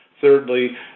Thirdly